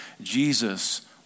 Jesus